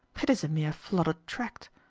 it is a mere flooded tract.